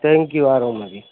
thank you آ رہا ہوں میں ابھی